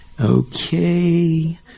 okay